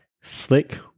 Slick